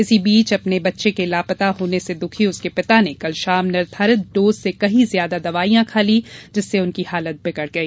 इसी बीच अपने बच्चे के लापता होने से बेहद दुःखी उसके पिता ने कल शाम निर्धारित डोज से कहीं ज्यादा दवाइयां खा लीं जिससे उसकी हालत बिगड़ गई